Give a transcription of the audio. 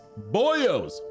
boyos